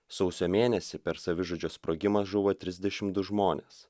sausio mėnesį per savižudžio sprogimą žuvo trisdešimt du žmonės